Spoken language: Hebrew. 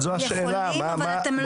אתם יכולים, אתם לא